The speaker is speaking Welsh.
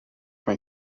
mae